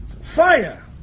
fire